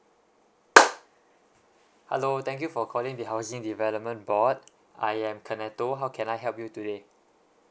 hello thank you for calling the housing development board I am kaneto how can I help you today